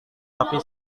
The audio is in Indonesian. tapi